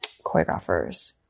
choreographers